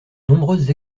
nombreuses